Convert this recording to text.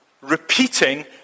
repeating